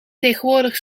tegenwoordig